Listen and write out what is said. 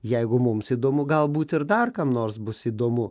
jeigu mums įdomu galbūt ir dar kam nors bus įdomu